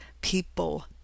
people